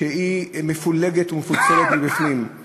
שהיא מפולגת ומפוצלת מבפנים,